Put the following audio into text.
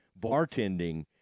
bartending